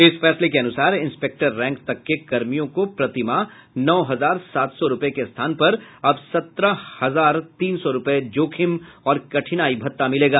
इस फैसले के अनुसार इंस्पेक्टर रैंक तक के कर्मियों को प्रतिमाह नौ हजार सात सौ रूपये के स्थान पर अब सत्रह हजार तीन सौ रूपये जोखिम और कठिनाई भत्ता मिलेगा